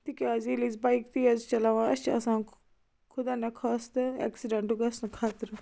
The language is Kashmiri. تِکیٛازِ ییٚلہِ أسۍ بایِک تیز چھِ چَلاوان أسۍ چھِ آسان خۄدانہ خاستہِ ایٚکسیڈنٹُک گژھنُک خطرٕ